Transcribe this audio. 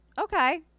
okay